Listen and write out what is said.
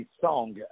song